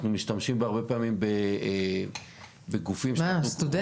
אנחנו משתמשים הרבה פעמים בגופים ש --- סטודנטים.